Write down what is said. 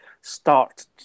start